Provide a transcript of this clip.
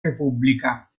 repubblica